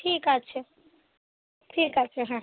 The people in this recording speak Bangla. ঠিক আছে ঠিক আছে হ্যাঁ